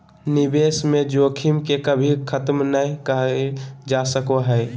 निवेश में जोखिम के कभी खत्म नय कइल जा सको हइ